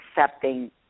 accepting